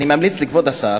אני ממליץ לכבוד השר